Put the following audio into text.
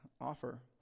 offer